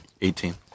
Eighteen